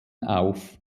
auf